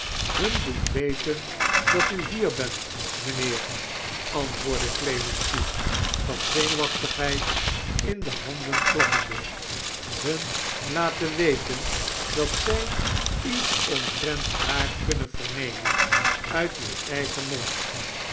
hun doen weten dat u hier bent mijnheer antwoordde clemency van zearuwachtighedd in de handen klappendei hun laten weten dat zij iets ointment haar kunmen vememen uit uw edgen mood